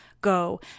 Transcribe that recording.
Go